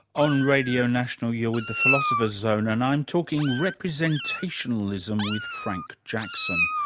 on radio national you're with the philosopher's zone and i'm talking representationalism with frank jackson,